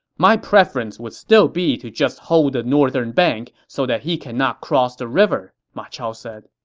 my preference would still be to just hold the northern bank so that he cannot cross the river, ma chao said